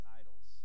idols